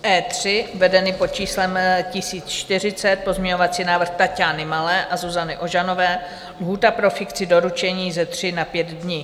E3, vedený pod číslem 1040, pozměňovací návrh Taťány Malé a Zuzany Ožanové, lhůta pro fikci doručení ze 3 na 5 dní.